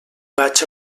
vaig